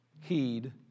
heed